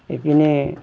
ইপিনে